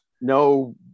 No